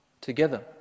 together